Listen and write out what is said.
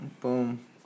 Boom